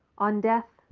on death,